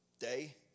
Day